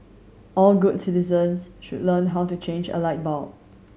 all good citizens should learn how to change a light bulb